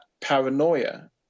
paranoia